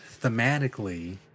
thematically